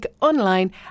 online